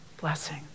blessing